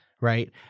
right